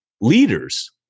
leaders